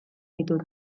ditut